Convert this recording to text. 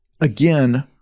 again